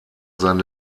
sein